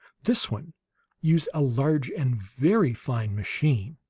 this one used a large and very fine machine.